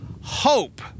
hope